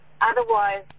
Otherwise